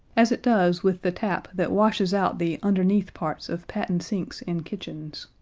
as it does with the tap that washes out the underneath parts of patent sinks in kitchens.